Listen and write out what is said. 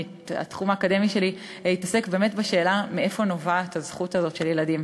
התחום האקדמי שלי התעסק באמת בשאלה מאיפה נובעת הזכות הזאת של ילדים: